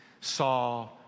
saw